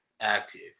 active